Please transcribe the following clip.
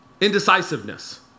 indecisiveness